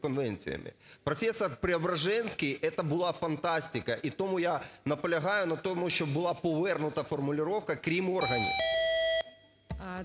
Профессор Преображенский – это была фантастика. І тому я наполягаю на тому, щоб була повернута формулировка "крім органів".